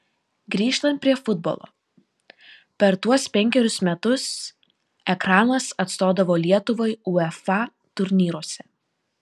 grįžtant prie futbolo per tuos penkerius metus ekranas atstovavo lietuvai uefa turnyruose